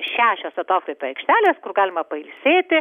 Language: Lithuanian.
šešios atokvėpio aikštelės kur galima pailsėti